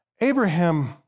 Abraham